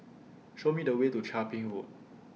Show Me The Way to Chia Ping Road